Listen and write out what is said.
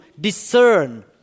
discern